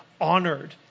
honored